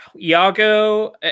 iago